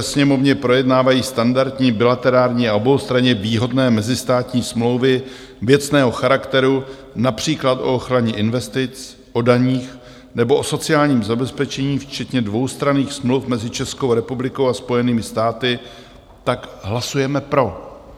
Sněmovně projednávají standardní bilaterární a oboustranně výhodné mezistátní smlouvy věcného charakteru, například o ochraně investic, o daních nebo o sociálním zabezpečení, včetně dvoustranných smluv mezi Českou republikou a Spojenými státy, tak hlasujeme pro.